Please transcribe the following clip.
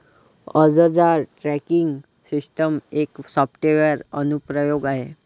अर्जदार tracking system एक software अनुप्रयोग आहे